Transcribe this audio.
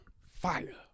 fire